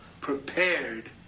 prepared